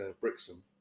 Brixham